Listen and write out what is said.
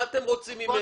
מה אתם רוצים ממני?